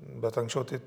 bet anksčiau tai